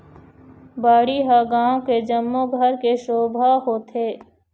बाड़ी ह गाँव के जम्मो घर के शोभा होथे